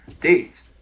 Dates